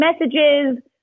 messages